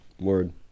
Word